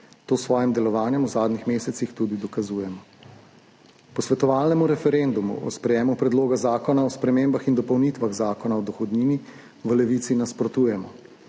To s svojim delovanjem v zadnjih mesecih tudi dokazujemo. Posvetovalnemu referendumu o sprejemu Predloga zakona o spremembah in dopolnitvah Zakona o dohodnini v Levici nasprotujemo.